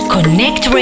Connect